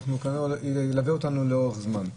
זה כנראה ילווה אותנו לאורך זמן,